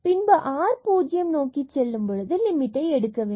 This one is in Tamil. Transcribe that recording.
பின்பு r பூஜ்ஜியம் நோக்கிச் செல்லும் போது லிமிட்டை எடுக்க வேண்டும்